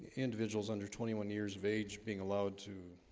individuals under twenty one years of age being allowed to